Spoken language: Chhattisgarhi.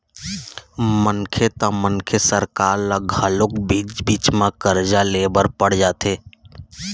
मनखे त मनखे सरकार ल घलोक बीच बीच म करजा ले बर पड़ जाथे